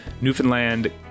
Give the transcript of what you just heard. Newfoundland